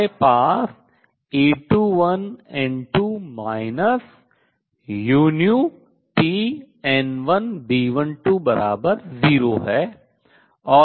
हमारे पास A21N2 uTN1B120 है